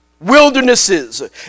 wildernesses